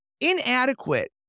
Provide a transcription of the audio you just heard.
inadequate